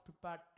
prepared